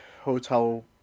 hotel